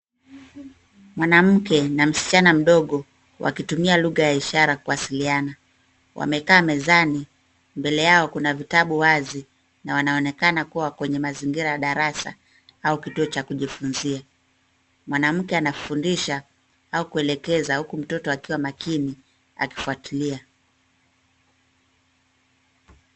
Mwanamke na msichana mdogo wakitumia lugha ya ishara kuwasiliana. Wamekaa mezani mbele yao kuna vitabu wazi na wanaonekana kuwa kwenye mazingira ya darasa au kituo cha kujifunzia. Mwanamke anafundisha au kuelekeza huku mtoto akiwa makini akifuatilia.